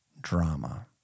drama